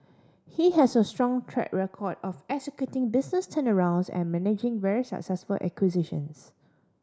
he has a strong track record of executing business turnarounds and managing very successful acquisitions